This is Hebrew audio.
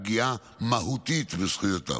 פגיעה מהותית בזכויותיו.